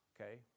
okay